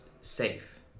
safe